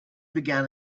began